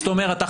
זאת אומרת,